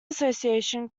association